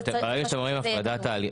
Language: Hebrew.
ברגע שאתם אומרים הפרדה תהליכית